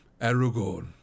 Aragorn